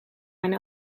mijn